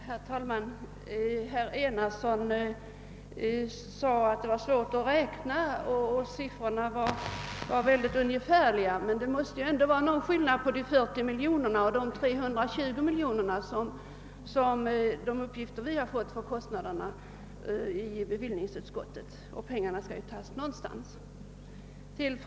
Herr talman! Herr Enarsson sade att det var svårt att göra beräkningar och att siffrorna är ungefärliga, men det måste ändå vara någon skillnad när man kommer till 40 miljoner, medan vi i bevillningsutskottet har fått uppgift om att kostnaden blir 320 miljoner. Och pengarna skall ju tas någonstans.